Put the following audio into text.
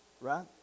right